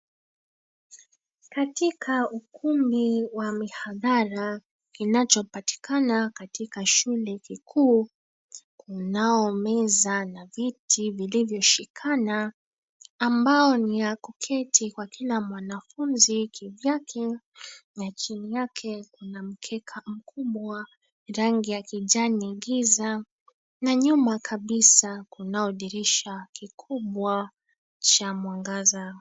Katika ukumbi wa mihadhara kinachopatikana katika shule kikuu kunao meza na viti vilivyoshikana ambao ni ya kuketi kwa kila mwanafunzi kivi yake na chini yake kuna mkeka mkubwa rangi ya kijani giza na nyuma kabisa kunao dirisha kikubwa cha mwangaza.